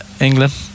England